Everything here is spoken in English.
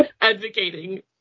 advocating